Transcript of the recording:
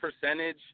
percentage